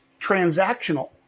transactional